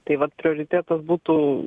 tai vat prioritetas būtų